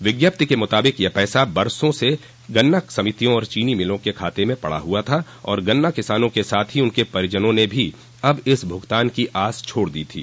विज्ञप्ति के मुताबिक यह पसा बरसों से गन्न समितियों और चीनी मिलो के खाते में पड़ा हुआ था और गन्ना किसानों के साथ ही उनके परिजनों ने भी अब इस भुगतान की आस छोड़ दी थी